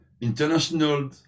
international